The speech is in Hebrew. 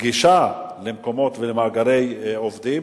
גישה למקומות ולמאגרי עובדים,